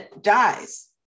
dies